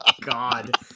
God